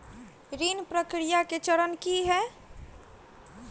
ऋण प्रक्रिया केँ चरण की है?